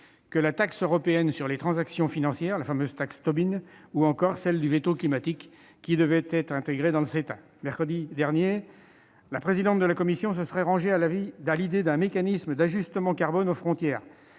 que la taxe européenne sur les transactions financières, la fameuse taxe Tobin, ou encore que le « veto climatique », qui devait être intégré dans le CETA. Mercredi dernier, la présidente de la Commission se serait rangée à l'idée d'un mécanisme d'ajustement carbone aux frontières.